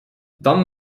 dan